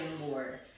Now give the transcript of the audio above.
more